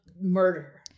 murder